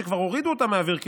שכבר הורידו אותה מהאוויר,